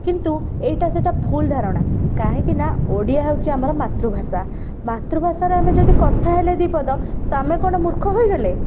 କିନ୍ତୁ ଏଇଟା ସେହିଟା ଭୁଲ୍ ଧାରଣା କାହିଁକି ନା ଓଡ଼ିଆ ହେଉଛି ଆମର ମାତୃଭାଷା ମାତୃଭାଷାରେ ଆମେ ଯଦି କଥା ହେଲେ ଦୁଇ ପଦ ତ ଆମେ କ'ଣ ମୂର୍ଖ ହେଇଗଲେ